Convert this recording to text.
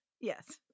yes